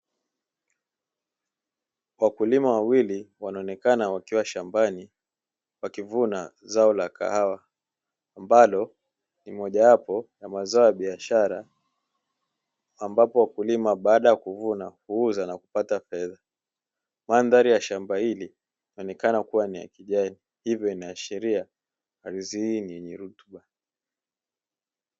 Wakulima wawili wanaonekana wakiwa shambani wakivuna zao la kahawa, ambalo ni mojawapo na mazao ya biashara, ambapo wakulima baada ya kuvuna kuuza na kupata fedha. Madhari ya shamba hili inaonekana kuwa ni kijani hivyo inaashiria ardhi hii rutuba.